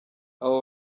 abo